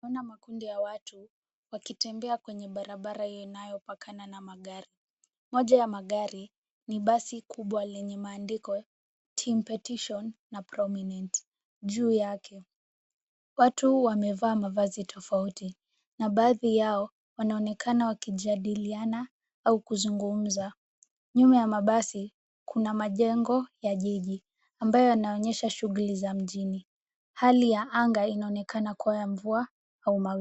Naona makundi ya watu, wakitembea kwenye barabara inayopakana na magari. Moja ya magari ni basi kubwa lenye maandiko Team Petition na Prominent. Juu yake ,watu wamevaa mavazi tofauti na baadhi yao wanaonekana wakijadiliana au kuzungumza. Nyuma ya mabasi, kuna majengo ya jiji ,ambayo yanaonyesha shughuli za mjini. Hali ya anga inaonekana kuwa ya mvua au mawingu.